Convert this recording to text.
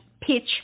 pitch